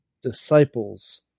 Disciples